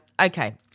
Okay